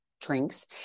drinks